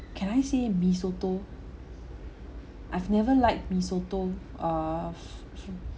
can I say mee soto I've never like mee soto err